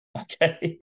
okay